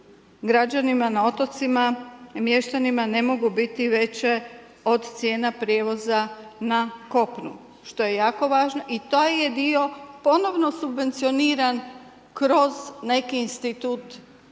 građanima na otocima i mještanima ne mogu biti veće od cijena prijevoza na kopnu što je jako važno. I taj je dio ponovno subvenicioniran kroz neki institut pomoći